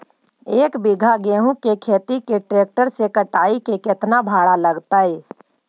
एक बिघा गेहूं के खेत के ट्रैक्टर से कटाई के केतना भाड़ा लगतै?